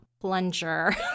plunger